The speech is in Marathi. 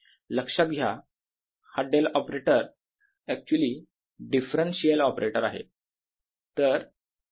लक्षात घ्या हा del operator actually differential operator आहे